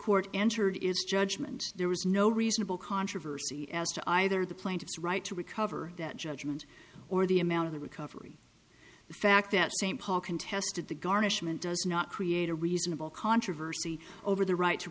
court entered its judgment there was no reasonable controversy as to either the plaintiff's right to recover that judgment or the amount of the recovery the fact that st paul contested the garnishment does not create a reasonable controversy over the right to